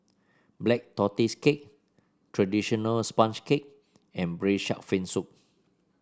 Black Tortoise Cake traditional sponge cake and Braised Shark Fin Soup